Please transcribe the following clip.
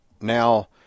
Now